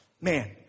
man